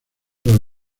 los